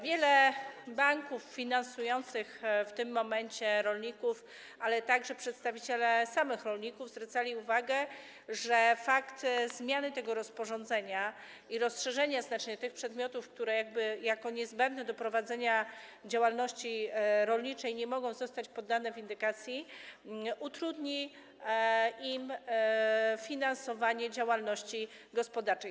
Wiele banków finansujących w tym momencie rolników, ale także przedstawiciele samych rolników zwracali uwagę, że fakt zmiany tego rozporządzenia i znaczne rozszerzenie katalogu tych przedmiotów, które jako niezbędne do prowadzenia działalności rolniczej nie mogą zostać poddane windykacji, utrudni im finansowanie działalności gospodarczej.